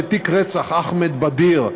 בתיק רצח אחמד בדיר,